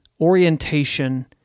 orientation